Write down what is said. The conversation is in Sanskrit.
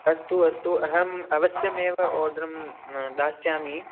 अस्तु अस्तु अहम् अवश्यमेव ओडरं दास्यामि